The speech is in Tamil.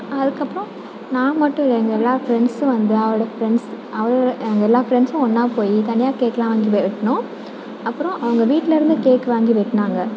அதுக்கப்புறம் நான் மட்டும் இல்லை எங்கள் எல்லா ஃப்ரெண்ட்ஸும் வந்து அவளோட ஃப்ரெண்ட்ஸ் அவள் எங்கள் எல்லா ஃப்ரெண்ட்ஸும் ஒன்றா போய் தனியாக கேக்யெலாம் வாங்கி வே வெட்டினோம் அப்புறம் அவங்க வீட்லிருந்து கேக் வாங்கி வெட்டினாங்க